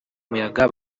muyaga